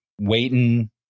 waiting